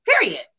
Period